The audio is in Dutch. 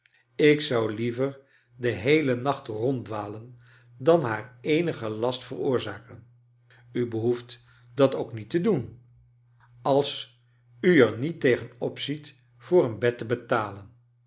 ik zou liever den heelen nacht ronddwalen dan haar eenigen last veroorzaken u behoeft dat ook niet te doen als u er niet tegen opziet voor een bed te betalen